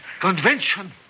Convention